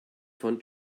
von